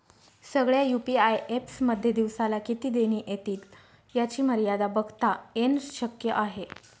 सगळ्या UPI apps मध्ये दिवसाला किती देणी एतील याची मर्यादा बघता येन शक्य आहे